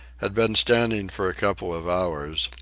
had been standing for a couple of hours,